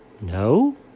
No